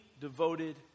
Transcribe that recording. devoted